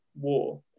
war